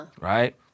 right